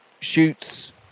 shoots